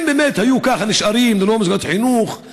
האם באמת היו נשארים ככה ללא מסגרות חינוך,